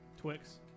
Twix